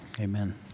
Amen